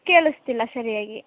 ಕೇಳಿಸ್ತಿಲ್ಲ ಸರಿಯಾಗಿ